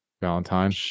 Valentine